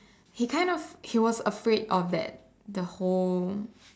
he kind of he was afraid of that the whole